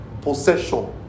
possession